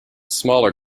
smaller